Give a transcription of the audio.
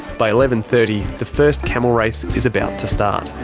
by eleven. thirty, the first camel race is about to start.